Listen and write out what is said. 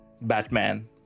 Batman